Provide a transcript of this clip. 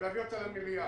ולהביא אותה למליאה.